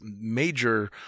major